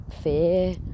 fear